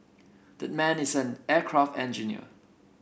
that man is an aircraft engineer